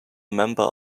member